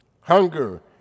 Hunger